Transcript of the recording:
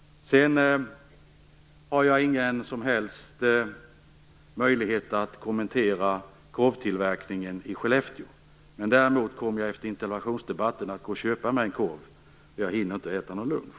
Jag har ingen som helst möjlighet att kommentera korvtillverkningen i Skellefteå. Däremot kommer jag efter interpellationsdebatten att gå och köpa mig en korv, eftersom jag inte hinner äta någon lunch.